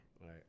Right